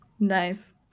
Nice